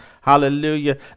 Hallelujah